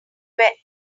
were